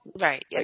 Right